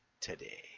today